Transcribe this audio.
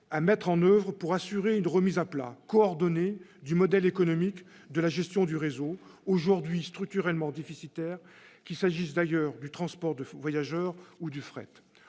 à mettre en oeuvre pour assurer une remise à plat coordonnée du modèle économique de la gestion du réseau, aujourd'hui structurellement déficitaire, qu'il s'agisse d'ailleurs du transport de voyageurs ou du fret.